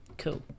cool